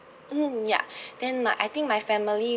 mm ya then my I think my family